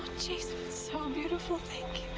jason, it's so beautiful. thank